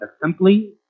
Assembly